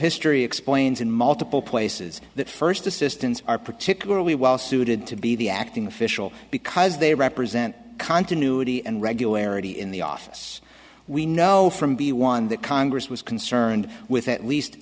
history explains in multiple places that first assistants are particularly well suited to be the acting official because they represent continuity and regularity in the office we know from the one that congress was concerned with at least